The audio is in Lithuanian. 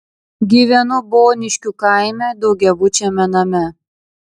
gyvenu boniškių kaime daugiabučiame name